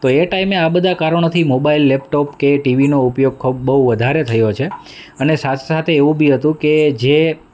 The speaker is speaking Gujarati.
તો એ ટાઈમે આ બધા કારણોથી મોબાઈલ લેપટોપ કે ટીવીનો ઉપયોગ બહુ વધારે થયો છે અને સાથે સાથે એવું બી હતું કે જે